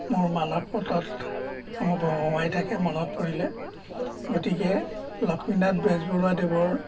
মোৰ মানসপটত মোক হঁহুৱাই থাকে মনত পৰিলে গতিকে লক্ষ্মীনাথ বেজবৰুৱাদেৱৰ